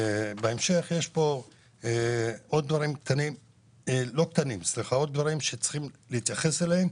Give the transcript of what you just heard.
יש כאן עוד דברים שצריכים להתייחס אליהם.